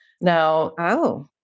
Now